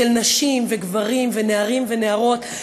של נשים וגברים ונערים ונערות.